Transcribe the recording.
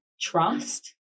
trust